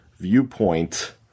viewpoint